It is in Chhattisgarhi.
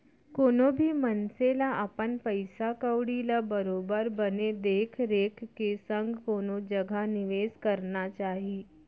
कोनो भी मनसे ल अपन पइसा कउड़ी ल बरोबर बने देख रेख के संग कोनो जघा निवेस करना चाही